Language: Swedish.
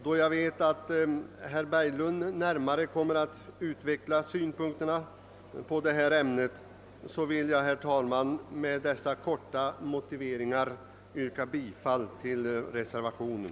Då jag vet att herr Berglund närmare kommer att utveckla synpunkter på detta ämne vill jag, herr talman, med dessa kortfattade motiveringar yrka bifall till reservationen.